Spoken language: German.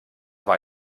war